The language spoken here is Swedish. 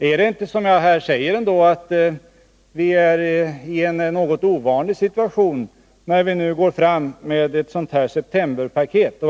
Är det inte så som jag här säger, att vi befinner oss i en något ovanlig situation när vi nu går fram med ett sådant här septemberpaket?